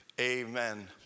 Amen